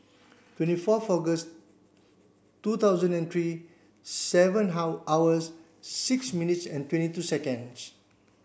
twenty four two thousand and three seven how hours six minutes and twenty two seconds